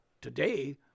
today